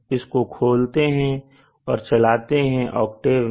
इसको खोलते हैं और चलाते हैं आकटेव में